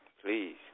Please